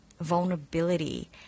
Vulnerability